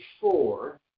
four